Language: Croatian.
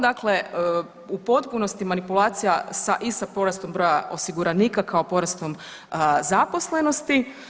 Dakle, u potpunosti manipulacija i sa porastom broja osiguranika kao porastom zaposlenosti.